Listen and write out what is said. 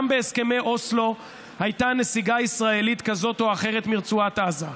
גם בהסכמי אוסלו הייתה נסיגה ישראלית כזאת או אחרת מרצועת עזה,